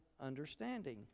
understanding